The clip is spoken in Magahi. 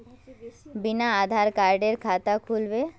बिना आधार कार्डेर खाता खुल बे?